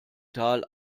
tal